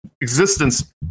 existence